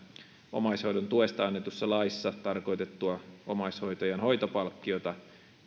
omaishoidon tuesta annetussa laissa tarkoitettua omaishoitajan hoitopalkkiota